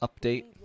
update